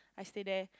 I stay there